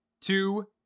Two